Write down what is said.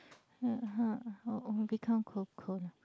become cold cold lah